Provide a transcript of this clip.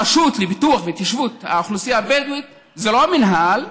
הרשות לפיתוח ולהתיישבות האוכלוסייה הבדואית זה לא המינהל,